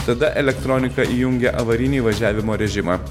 tada elektronika įjungia avarinį važiavimo režimą